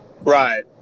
Right